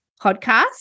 podcast